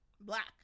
black